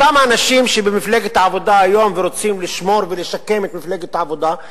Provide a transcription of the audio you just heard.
אותם אנשים שבמפלגת העבודה היום ורוצים לשמור ולשקם את מפלגת העבודה,